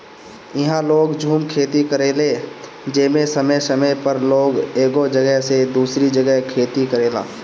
इहा लोग झूम खेती करेला जेमे समय समय पर लोग एगो जगह से दूसरी जगह खेती करेला